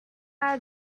our